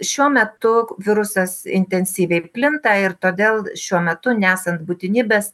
šiuo metu virusas intensyviai plinta ir todėl šiuo metu nesant būtinybės